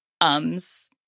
ums